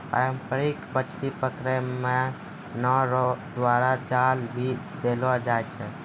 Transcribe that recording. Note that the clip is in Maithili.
पारंपरिक मछली पकड़ै मे नांव रो द्वारा जाल भी देलो जाय छै